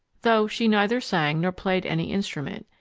though she neither sang nor played any instrument.